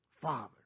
father